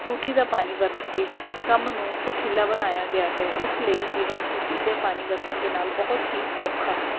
ਟੂਟੀ ਦਾ ਪਾਣੀ ਵਰਤ ਕੇ ਕੰਮ ਨੂੰ ਸੁਖਾਲਾ ਬਣਾਇਆ ਗਿਆ ਹੈ ਇਸ ਲਈ ਜੀਵਨ ਟੂਟੀ ਦਾ ਪਾਣੀ ਵਰਤਣ ਦੇ ਨਾਲ ਬਹੁਤ ਹੀ ਸੌਖਾ ਹੈ